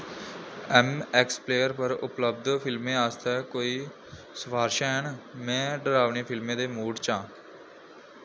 M X player पर उपलब्ध फिल्में आस्तै कोई सफारशां हैन में डरावनी फिल्में दे मूड च आं